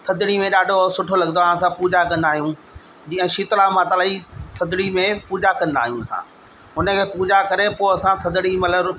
थधिड़ी में ॾाढो सुठो लॻंदो आहे असां पूॼा कंदा आहियूं जीअं शीतला माता लाइ थधिड़ी में पूॼा कंदा आहियूं असां हुनखे पूॼा करे पोइ असां थधिड़ी मतिलबु